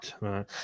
right